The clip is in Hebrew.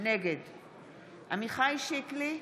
נגד עמיחי שיקלי,